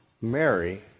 Mary